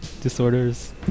disorders